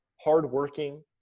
hardworking